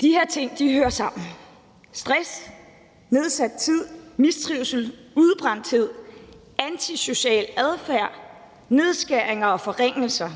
De her ting hører sammen: stress, nedsat tid, mistrivsel, udbrændthed, antisocial adfærd, nedskæringer og forringelser.